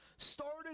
started